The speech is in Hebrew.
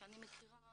שאני מכירה